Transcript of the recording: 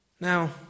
Now